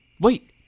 Wait